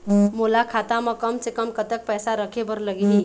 मोला खाता म कम से कम कतेक पैसा रखे बर लगही?